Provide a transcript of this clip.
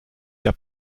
der